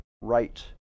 right